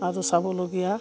আৰু চাবলগীয়া